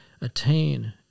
attain